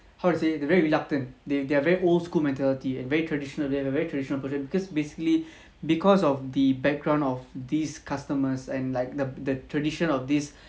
how to say they are very reluctant they they're very old school mentality and very traditional they have a very traditional person because basically because of the background of these customers and like the the tradition of this